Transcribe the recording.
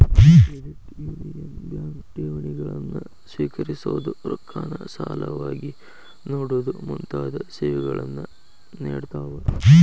credit union bank ಠೇವಣಿಗಳನ್ನ ಸ್ವೇಕರಿಸೊದು, ರೊಕ್ಕಾನ ಸಾಲವಾಗಿ ನೇಡೊದು ಮುಂತಾದ ಸೇವೆಗಳನ್ನ ನೇಡ್ತಾವ